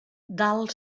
dalt